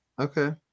Okay